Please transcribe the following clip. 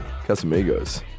Casamigos